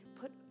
put